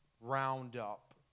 roundup